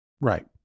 Right